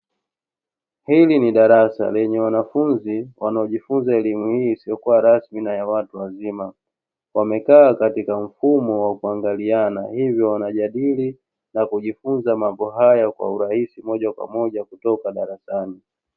Hili ni darasa lenye wanafunzi wanaojifunza elimu hii isiyokuwa rasmi na ya watu wazima. Wamekaa katika mfumo wa kuangaliana, hivyo wanajadili na kujifunza mambo haya kwa urahisi moja kwa moja kutoka darasani.